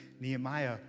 Nehemiah